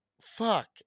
fuck